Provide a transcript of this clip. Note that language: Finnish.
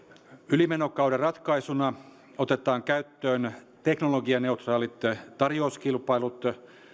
ylimenokauden ratkaisuna otetaan käyttöön teknologianeutraalit tarjouskilpailut